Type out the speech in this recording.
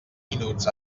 minuts